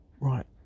right